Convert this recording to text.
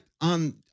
on